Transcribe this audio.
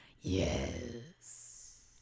yes